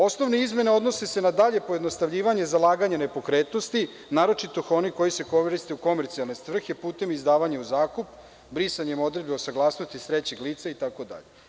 Osnovne izmene odnose se na dalje pojednostavljivanje zalaganja nepokretnosti, naročito onih koje se koriste u komercijalne svrhe putem izdavanja u zakup, brisanje odredbe o saglasnosti trećeg lica itd.